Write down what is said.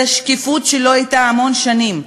זו שקיפות שלא הייתה המון שנים.